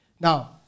Now